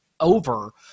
over